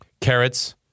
Carrots